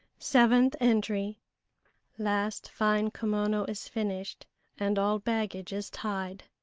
seventh entry last fine kimono is finished and all baggage is tied.